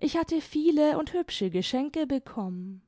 ich hatte viele und hübsche geschenke bekommen